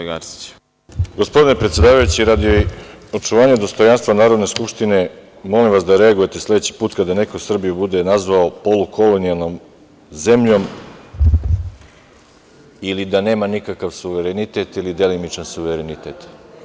Gospodine predsedavajući, radi očuvanja dostojanstva Narodne skupštine, molim vas da reagujete sledeći put kada neko Srbiju bude nazvao polukolonijalnom zemljom ili da nema nikakav suverenitet ili delimičan suverenitet.